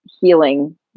healing